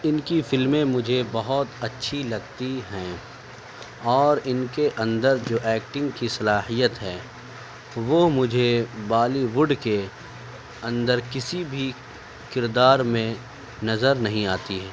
ان کی فلمیں مجھے بہت اچھی لگتی ہیں اور ان کے اندر جو ایکٹنگ کی صلاحیت ہے وہ مجھے بالی وڈ کے اندر کسی بھی کردار میں نظر نہیں آتی